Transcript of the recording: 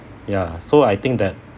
ya so I think that